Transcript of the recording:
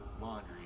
Laundry